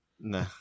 No